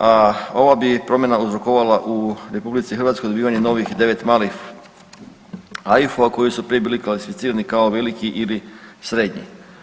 a ova bi promjena uzrokovala u RH dobivanje novih 9 AIF-ova koji su prije bili klasificirani kao veliki ili srednji.